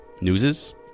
Newses